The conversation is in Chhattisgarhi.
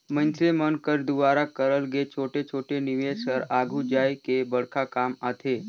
मइनसे मन कर दुवारा करल गे छोटे छोटे निवेस हर आघु जाए के बड़खा काम आथे